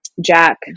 Jack